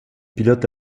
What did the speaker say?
pilote